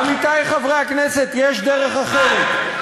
עמיתי חברי הכנסת, יש דרך אחרת.